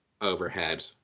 overhead